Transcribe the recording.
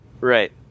Right